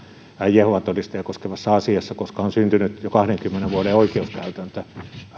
jehovan todistajia koskevassa asiassa koska poikkeuslain kautta on syntynyt jo kahdenkymmenen vuoden oikeuskäytäntö